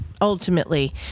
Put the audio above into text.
ultimately